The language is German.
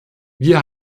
wir